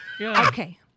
Okay